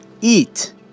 eat